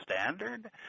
standard